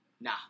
nah